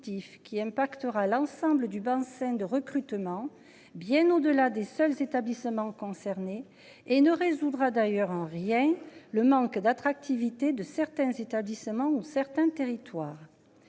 qui impactera l'ensemble du ben scènes de recrutement bien au-delà des seuls établissements concernés et ne résoudra d'ailleurs en rien le manque d'attractivité de certains établissements ont certains territoires.